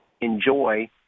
enjoy